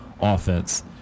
Offense